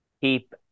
keep